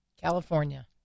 California